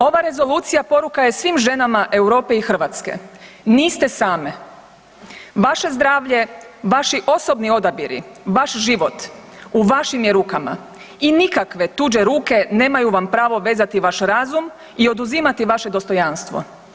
Ova rezolucija poruka je svim ženama Europe i Hrvatske, niste same, vaše zdravlje, vaši osobni odabiri, vaš život u vašim je rukama i nikakve tuđe ruke nemaju vam pravo vezati vaš razum i oduzimati vaše dostojanstvo.